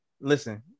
Listen